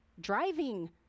driving